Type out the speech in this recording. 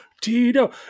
Tito